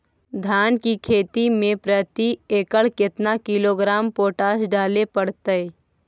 धान की खेती में प्रति एकड़ केतना किलोग्राम पोटास डाले पड़तई?